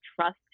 trust